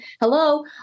hello